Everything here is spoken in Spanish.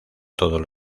todos